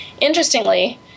Interestingly